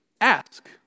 Ask